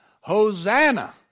Hosanna